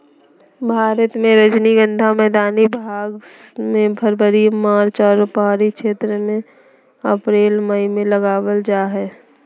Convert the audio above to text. भारत मे रजनीगंधा मैदानी भाग मे फरवरी मार्च आरो पहाड़ी क्षेत्र मे अप्रैल मई मे लगावल जा हय